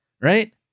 right